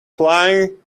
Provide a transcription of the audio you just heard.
flying